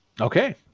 okay